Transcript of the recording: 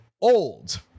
old